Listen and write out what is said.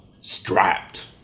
strapped